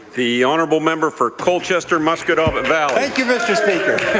the honourable member for colchester musquodoboit valley. mr. speaker,